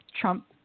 Trump